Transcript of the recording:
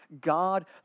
God